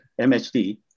MHD